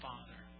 Father